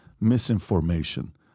misinformation